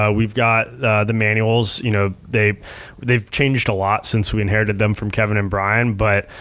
ah we've got the manuals. you know they've they've changed a lot since we inherited them from kevin and bryan, but